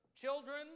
children